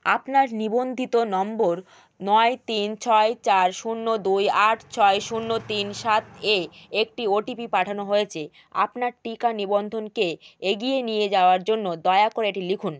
আপনার নিবন্ধিত নম্বর নয় তিন ছয় চার শূন্য দুই আট ছয় শূন্য তিন সাত এ একটি ও টি পি পাঠানো হয়েছে আপনার টিকা নিবন্ধনকে এগিয়ে নিয়ে যাওয়ার জন্য দয়া করে এটি লিখুন